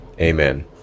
amen